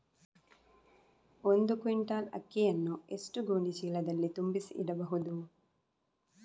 ಒಂದು ಕ್ವಿಂಟಾಲ್ ಅಕ್ಕಿಯನ್ನು ಎಷ್ಟು ಗೋಣಿಚೀಲದಲ್ಲಿ ತುಂಬಿಸಿ ಇಡಬಹುದು?